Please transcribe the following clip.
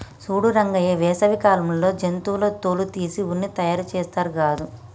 సూడు రంగయ్య వేసవి కాలంలో జంతువుల తోలు తీసి ఉన్ని తయారుచేస్తారు గాదు